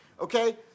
okay